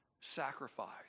sacrifice